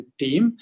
team